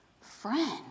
friend